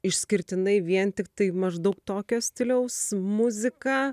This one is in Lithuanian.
išskirtinai vien tiktai maždaug tokio stiliaus muzika